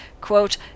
Quote